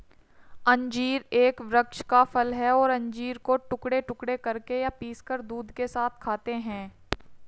अंजीर एक वृक्ष का फल है और अंजीर को टुकड़े टुकड़े करके या पीसकर दूध के साथ खाते हैं